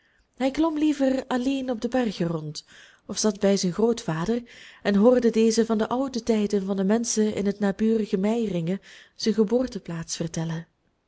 hij klom liever alleen op de bergen rond of zat bij zijn grootvader en hoorde dezen van den ouden tijd en van de menschen in het naburige meiringen zijn geboorteplaats vertellen